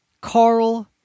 Carl